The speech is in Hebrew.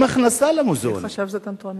מי חשב שזו קנטרנות?